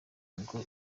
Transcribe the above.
ngo